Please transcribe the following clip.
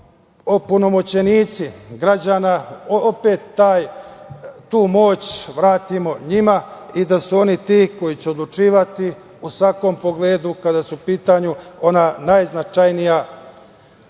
opunomoćenici građana opet tu moć vratimo njima i da su oni ti koji će odlučivati u svakom pogledu kada su u pitanju ona najznačajnija, najosetljivija